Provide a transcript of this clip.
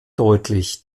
deutlich